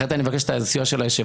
אחרת אני אבקש את הסיוע של היושב-ראש.